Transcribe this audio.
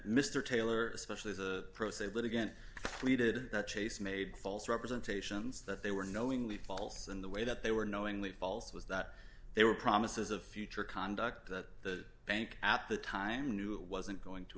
mr taylor especially as a pro se litigant pleaded that chase made false representation that they were knowingly false and the way that they were knowingly false was that they were promises of future conduct that the bank at the time knew it wasn't going to